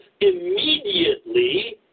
immediately